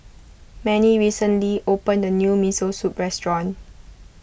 Mannie recently opened a new Miso Soup restaurant